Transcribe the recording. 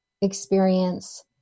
experience